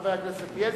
חבר הכנסת אריה אלדד.